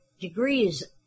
degrees